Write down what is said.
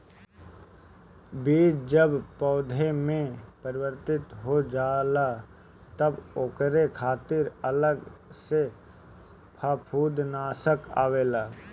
बीज जब पौधा में परिवर्तित हो जाला तब ओकरे खातिर अलग से फंफूदनाशक आवेला